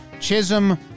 Chisholm